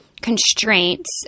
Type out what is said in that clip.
constraints